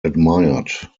admired